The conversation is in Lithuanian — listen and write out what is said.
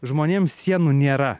žmonėms sienų nėra